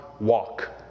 walk